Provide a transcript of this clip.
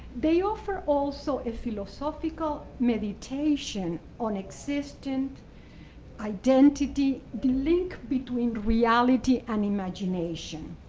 they offer also a philosophical meditation on existent identity, the link between reality and imagination.